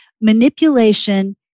manipulation